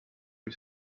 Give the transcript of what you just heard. või